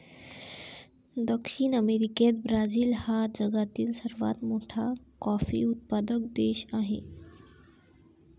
दक्षिण अमेरिकेत ब्राझील हा जगातील सर्वात मोठा कॉफी उत्पादक देश आहे